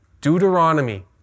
Deuteronomy